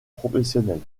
professionnelle